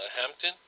Hampton